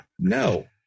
No